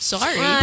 Sorry